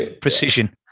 precision